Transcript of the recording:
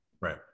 right